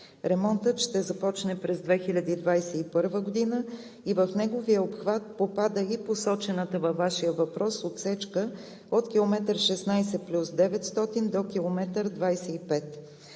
Ремонтът ще започне през 2021 г. и в неговия обхват попада и посочената във Вашия въпрос отсечка от км 16+900 до км 25.